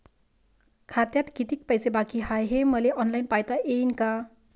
खात्यात कितीक पैसे बाकी हाय हे मले ऑनलाईन पायता येईन का?